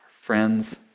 friends